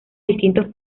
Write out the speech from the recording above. distintos